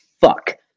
fuck